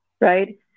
right